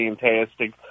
fantastic